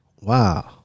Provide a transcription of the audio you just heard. Wow